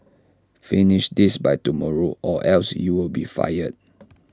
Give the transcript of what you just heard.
finish this by tomorrow or else you'll be fired